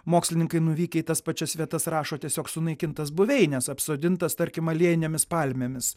mokslininkai nuvykę į tas pačias vietas rašo tiesiog sunaikintas buveines apsodintas tarkim aliejinėmis palmėmis